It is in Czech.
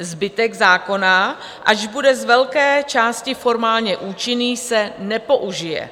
Zbytek zákona, ač bude z velké části formálně účinný, se nepoužije.